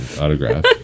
autograph